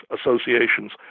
associations